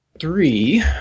three